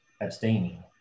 abstaining